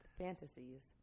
fantasies